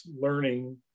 learning